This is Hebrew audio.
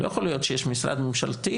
לא יכול להיות שיש משרד ממשלתי,